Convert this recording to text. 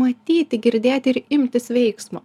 matyti girdėti ir imtis veiksmo